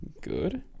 Good